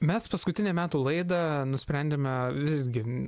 mes paskutinę metų laidą nusprendėme visgi